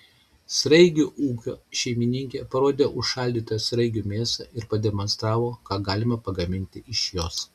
sraigių ūkio šeimininkė parodė užšaldytą sraigių mėsą ir pademonstravo ką galima pagaminti iš jos